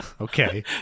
Okay